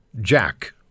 Jack